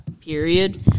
period